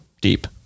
deep